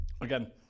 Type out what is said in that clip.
Again